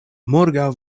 morgaŭ